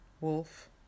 Wolf